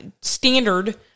standard